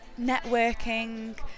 networking